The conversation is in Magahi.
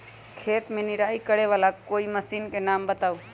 खेत मे निराई करे वाला कोई मशीन के नाम बताऊ?